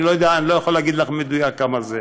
אני לא יכול להגיד לך במדויק כמה זה,